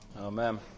Amen